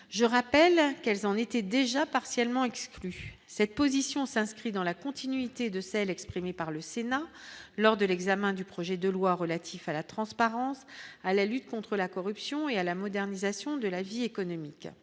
je rappelle qu'elles en étaient déjà partiellement exclu cette position s'inscrit dans la continuité de celle exprimée par le Sénat lors de l'examen du projet de loi relatif à la transparence, à la lutte contre la corruption et à la modernisation de la vie économique